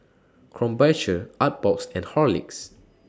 Krombacher Artbox and Horlicks